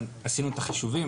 עשינו את החישובים,